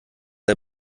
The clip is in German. der